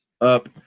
up